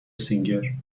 سینگر